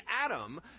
Adam